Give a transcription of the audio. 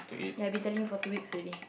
ya I've been telling you for two weeks already